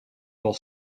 while